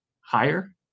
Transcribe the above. higher